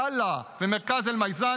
עדאללה ומרכז אל-מיזאן,